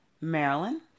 Maryland